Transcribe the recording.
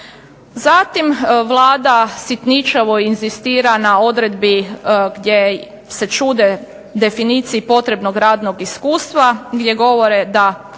Zatim Vlada sitničavo inzistira na odredbi gdje se čude definiciji potrebnog radnog iskustva, gdje govore da